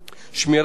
על לוחמי האש,